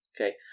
Okay